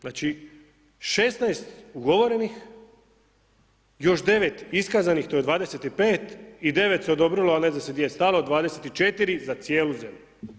Znači, 16 ugovorenih, još 9 iskazanih, to je 25 i 9 se odobrilo, a ne zna se gdje je stalo, 24 za cijelu zemlju.